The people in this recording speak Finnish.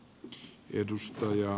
arvoisa puhemies